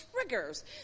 triggers